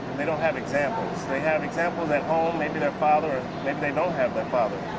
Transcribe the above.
they don't have examples. they have examples at home, maybe their father, maybe they don't have their father.